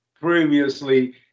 previously